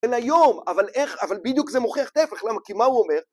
אבל היום, אבל איך, אבל בדיוק זה מוכיח טפח, למה, כי מה הוא אומר?